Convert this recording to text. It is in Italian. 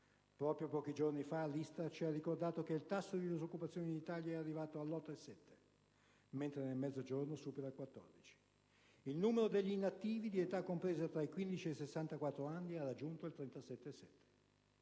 Proprio pochi giorni fa l'ISTAT ci ha ricordato che il tasso di disoccupazione in Italia è arrivato all'8,7 per cento, mentre nel Mezzogiorno supera il 14. Il numero degli inattivi di età compresa tra i 15 e i 64 anni ha raggiunto il 37,7